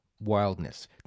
wildness